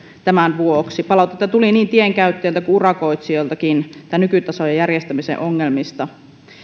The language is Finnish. tämän vuoksi palautetta tuli niin tienkäyttäjiltä kuin urakoitsijoiltakin nykytason järjestämisen ongelmista